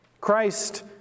christ